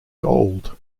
gold